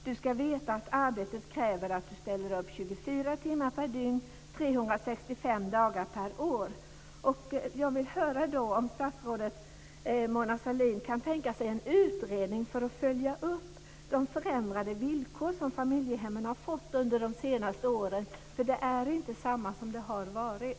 Du ska veta att arbetet kräver att du ställer upp 24 timmar per dygn 365 dagar per år. Jag vill höra om statsrådet Mona Sahlin kan tänka sig en utredning för att följa upp de förändrade villkor som familjehemmen har fått under de senaste åren, för de är inte samma som de har varit.